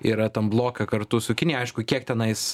yra tam bloke kartu su kinija aišku kiek tenais